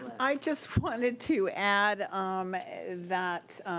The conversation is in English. i just wanted to add um that,